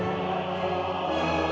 the